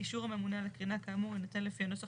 אישור הממונה על הקרינה כאמור יינתן לפי הנוסח